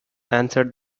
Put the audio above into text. answered